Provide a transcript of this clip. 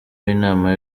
w’inama